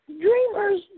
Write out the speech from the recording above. Dreamers